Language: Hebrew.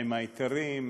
עם ההיתרים,